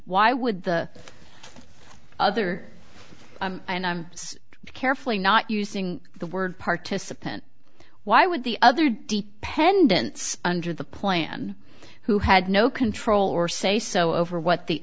why would the other and i'm carefully not using the word participant why would the other d pendants under the plan who had no control or say so over what the